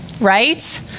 right